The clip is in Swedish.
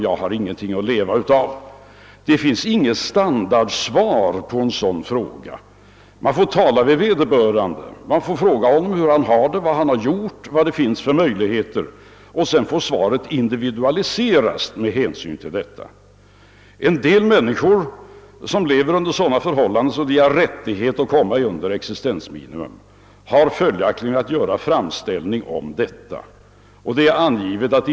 Vad skall jag leva av?» Det finns inget standardsvar på en sådan fråga. Man får tala med vederbörande, fråga honom vad han har gjort och vad det finns för möjligheter, och sedan får svaret individualiseras med hänsyn till omständigheterna. En del människor som lever under sådana förhållanden att de inte kommer upp till existensminimum bör följaktligen göra framställning om att få behålla mer av sin lön.